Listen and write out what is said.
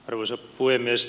arvoisa puhemies